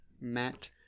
Matt